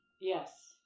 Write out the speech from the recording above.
yes